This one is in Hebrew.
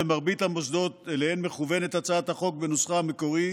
במרבית המוסדות שאליהם מכוונת הצעת החוק בנוסחה המקורי